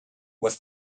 was